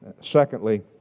secondly